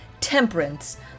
Temperance